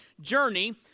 journey